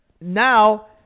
now